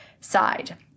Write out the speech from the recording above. side